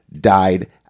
died